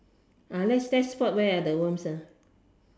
ah let's let's spot where the worms eh